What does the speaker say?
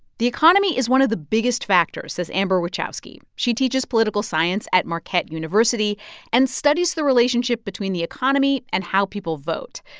the economy is one of the biggest factors, says amber wichowsky. she teaches political science at marquette university and studies the relationship between the economy and how people vote.